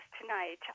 tonight